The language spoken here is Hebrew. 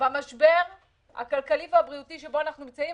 במשבר הכלכלי והבריאותי שבו אנחנו נמצאים,